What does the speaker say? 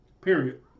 Period